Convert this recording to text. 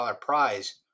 prize